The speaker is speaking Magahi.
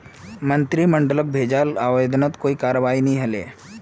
मंत्रिमंडलक भेजाल आवेदनत कोई करवाई नी हले